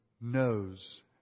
knows